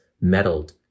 meddled